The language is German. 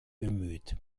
bemüht